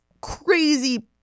crazy